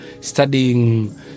studying